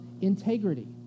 integrity